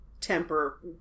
temper